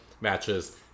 matches